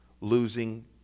losing